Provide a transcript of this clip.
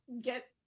get